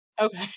Okay